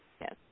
yes